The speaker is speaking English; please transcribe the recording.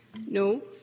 No